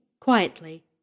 quietly